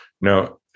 Now